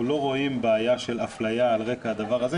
אנחנו לא רואים בעיה של אפליה על רקע הדבר הזה,